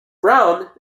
brown